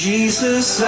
Jesus